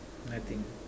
nothing